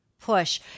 push